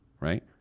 right